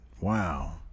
Wow